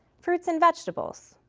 fruits and vegetables,